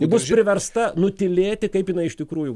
bus priversta nutylėti kaip jinai iš tikrųjų